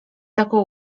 taką